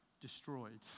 destroyed